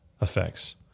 effects